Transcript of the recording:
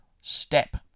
step